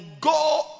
go